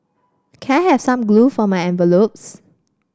can I have some glue for my envelopes